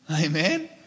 Amen